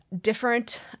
different